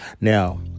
Now